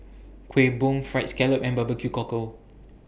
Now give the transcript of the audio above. Kuih Bom Fried Scallop and Barbecue Cockle